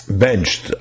benched